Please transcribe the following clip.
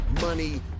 Money